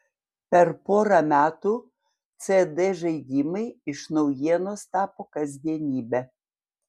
per porą metų cd žaidimai iš naujienos tapo kasdienybe